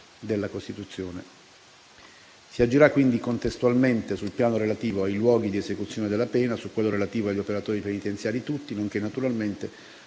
della Costituzione. Si agirà quindi contestualmente sul piano relativo ai luoghi di esecuzione della pena e su quello relativo agli operatori penitenziali tutti, nonché naturalmente